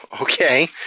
Okay